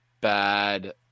bad